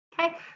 Okay